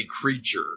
creature